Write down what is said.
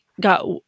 got